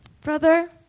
brother